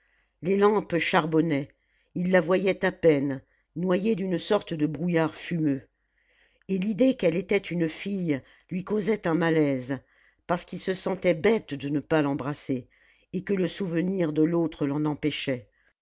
les lampes charbonnaient il la voyait à peine noyée d'une sorte de brouillard fumeux et l'idée qu'elle était une fille lui causait un malaise parce qu'il se sentait bête de ne pas l'embrasser et que le souvenir de l'autre l'en empêchait